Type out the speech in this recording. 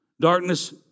Darkness